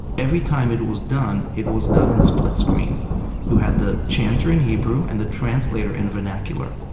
every time it it was done, it was done in split screen you had the chanter in hebrew and the translator in vernacular.